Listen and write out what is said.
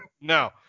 no